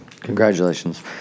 Congratulations